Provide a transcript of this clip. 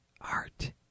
art